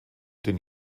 den